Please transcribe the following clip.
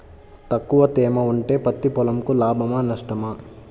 తక్కువ తేమ ఉంటే పత్తి పొలంకు లాభమా? నష్టమా?